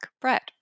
bread